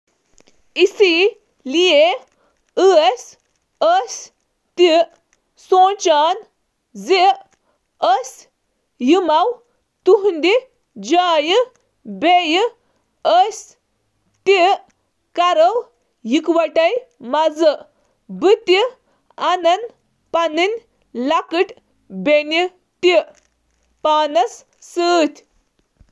یِتھ کٔنۍ زَن أسۍ تہِ چھِ سونچان زِ أسۍ یِن تُہنٛزِ جایہِ۔ بہٕ یِنہٕ پننہِ بیٚنہِ سۭتۍ